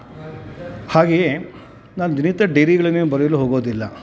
ಹಾಗೆಯೇ ನಾನು ದಿನನಿತ್ಯ ಡೈರಿಗಳನ್ನೇನು ಬರೆಯಲು ಹೋಗೋದಿಲ್ಲ